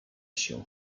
się